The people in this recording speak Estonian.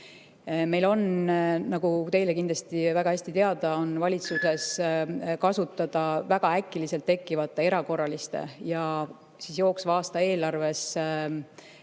Meil on, nagu teile kindlasti väga hästi teada, valitsuses kasutada väga äkiliselt tekkivate erakorraliste ja jooksva aasta eelarves mitte